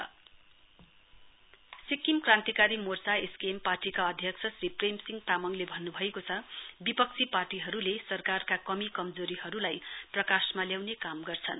SKM Sikkim Krantikari Morcha SKM पार्टीका अध्यक्ष श्री प्रेमसिंह तामङले भन्नुभएको छ विपक्षी पार्टीहरुले सरकारका कमी कमजोरहीहरुलाई प्रकाशमा ल्याउने काम गर्छन्